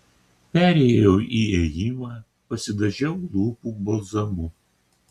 perėjau į ėjimą pasidažiau lūpų balzamu